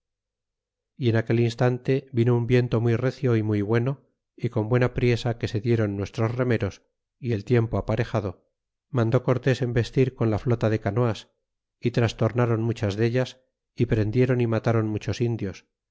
y en aquel instante vino un viento muy recio y muy bueno y con buena priesa que se dieron nuestros remeros y el tiempo aparejado mandó cortés embestir con la flota de canoas y trastornron muchas dellas y prendieron y matron muchos indios